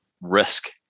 risk